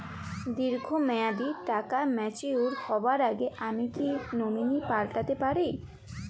দীর্ঘ মেয়াদি টাকা ম্যাচিউর হবার আগে আমি কি নমিনি পাল্টা তে পারি?